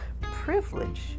privilege